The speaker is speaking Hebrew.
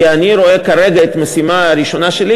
כי אני רואה כרגע כמשימה הראשונה שלי